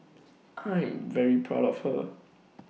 I'm very proud of her